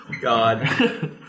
God